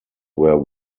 were